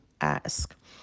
ask